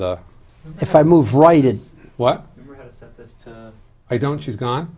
the if i move right in what i don't use gone